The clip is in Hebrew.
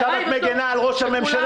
עכשיו את מגנה על ראש הממשלה?